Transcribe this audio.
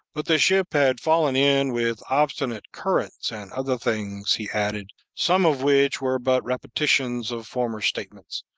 but the ship had fallen in with obstinate currents and other things he added, some of which were but repetitions of former statements,